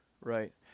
right